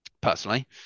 personally